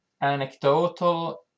anecdotal